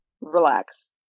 relax